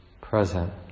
present